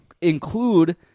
include